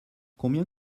combien